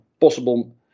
possible